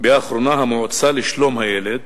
באחרונה המועצה לשלום הילד